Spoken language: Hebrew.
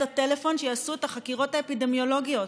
הטלפון שיעשו את החקירות האפידמיולוגיות.